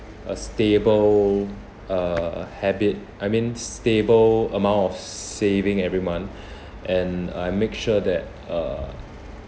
a stable uh a habit I mean stable amount of saving every month and I make sure that uh